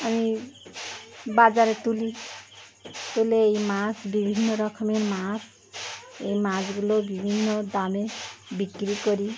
আমি বাজারে তুলি তুলে এই মাছ বিভিন্ন রকমের মাছ এই মাছগুলো বিভিন্ন দামে বিক্রি করি